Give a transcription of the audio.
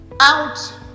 Out